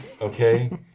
okay